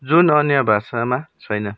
जुन अन्य भाषामा छैन